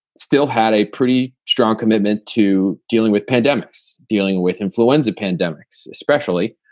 still had a pretty strong commitment to dealing with pandemics, dealing with influenza pandemics, especially,